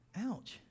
Ouch